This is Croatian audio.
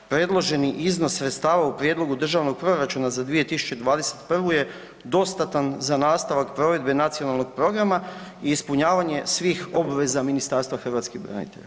Predloženi iznos sredstava u Prijedlogu Državnog proračuna za 2021. je dostatan za nastavak provedbe nacionalnog programa i ispunjavanje svih obveza Ministarstva hrvatskih branitelja.